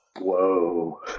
Whoa